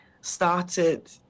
started